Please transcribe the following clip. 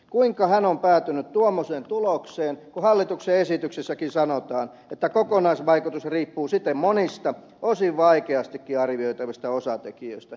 kuinka hän on päätynyt tuommoiseen tulokseen kun hallituksen esityksessäkin sanotaan että kokonaisvaikutus riippuu siten monista osin vaikeastikin arvioitavista osatekijöistä